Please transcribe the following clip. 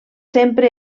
sempre